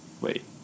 wait